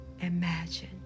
imagine